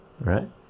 Right